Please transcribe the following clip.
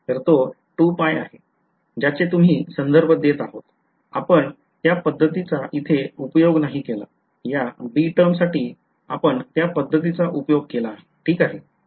तर तो आहे ज्याचे तुम्ही संदर्भ देत आहोत आपण त्या पद्धतीचा इथे उपयोग नाही केला या b टर्म साठी आपण त्या पद्धतीचा उपयोग केला आहे ठीक आहे